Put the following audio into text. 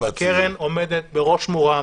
משפט סיום: הקרן עומדת בראש מורם